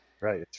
right